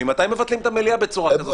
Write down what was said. ממתי מבטלים את המליאה בצורה כזאת?